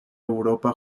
europa